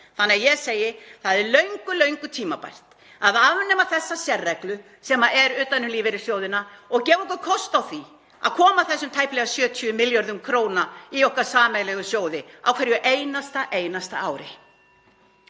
Þannig að ég segi: Það er löngu, löngu tímabært að afnema þessa sérreglu sem er utan um lífeyrissjóðina og gefa okkur kost á því að koma þessum tæplega 70 milljörðum kr. í okkar sameiginlegu sjóði á hverju einasta, einasta ári.